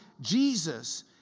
Jesus